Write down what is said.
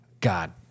God